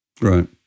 Right